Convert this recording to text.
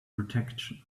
protection